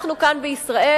אנחנו כאן בישראל,